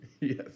Yes